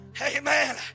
amen